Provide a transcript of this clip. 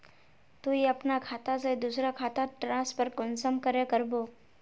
तुई अपना खाता से दूसरा खातात ट्रांसफर कुंसम करे करबो?